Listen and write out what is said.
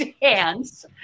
dance